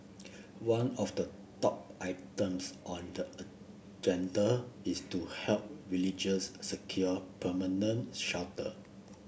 one of the top items on the agenda is to help villagers secure permanent shelter